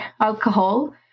alcohol